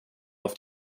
auf